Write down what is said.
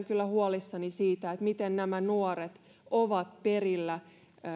kyllä huolissani siitä miten nämä nuoret ovat perillä